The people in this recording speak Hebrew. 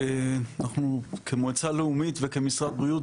אנחנו כמועצה לאומית וכמשרד הבריאות,